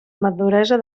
maduresa